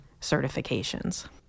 certifications